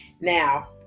Now